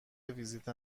ویزیت